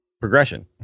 progression